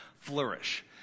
flourish